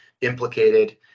implicated